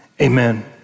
amen